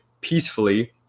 peacefully